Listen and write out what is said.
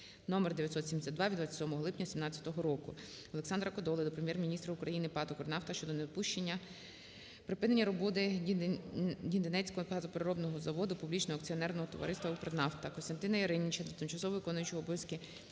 № 972 від 27 липня 2017 року. Олександра Кодоли до Прем'єр-міністра України, ПАТ "Укрнафта" щодо недопущення припинення роботиГнідинцівського газопереробного заводу Публічного акціонерного товариства "Укрнафта". КостянтинаЯриніча до тимчасово виконуючої обов'язки